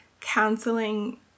counseling